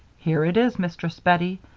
here it is, mistress bettie,